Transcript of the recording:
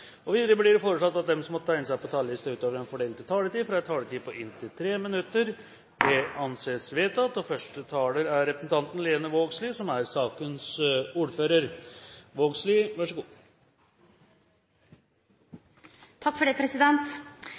taletida. Vidare blir det foreslått at dei som måtte teikne seg på talarlista utover den fordelte taletida, får ei taletid på inntil 3 minutt. – Det er vedteke. Nå ble det rene slalåmløypa, president